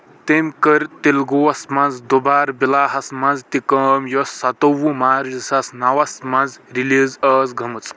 تٔمۍ کٔر تیلگوَس منٛز دُبارٕ بِلا ہَس منٛز تہِ کٲم یۄس سَتووُہ مارچ زٕ ساس نو وَس منٛز ریلیز ٲس گٔمٕژ